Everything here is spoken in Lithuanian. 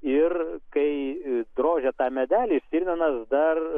ir kai drožia tą medelį stirninas dar